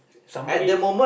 somebody